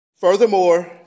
Furthermore